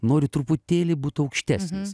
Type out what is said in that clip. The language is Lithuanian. nori truputėlį būt aukštesnis